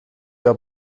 der